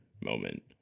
moment